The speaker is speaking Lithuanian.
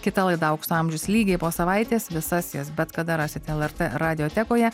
kita laida aukso amžius lygiai po savaitės visas jas bet kada rasit lrt radiotekoje